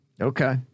Okay